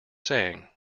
saying